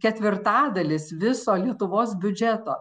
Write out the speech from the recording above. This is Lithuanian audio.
tik ketvirtadalis viso lietuvos biudžeto